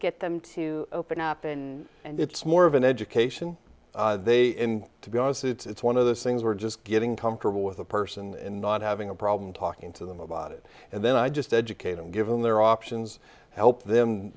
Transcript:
get them to open up in and it's more of an education they in to because it's one of those things were just getting comfortable with a person and not having a problem talking to them about it and then i just educate them give them their options help them